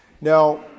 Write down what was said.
Now